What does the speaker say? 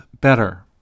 better